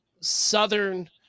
southern